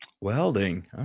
Welding